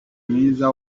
mwiza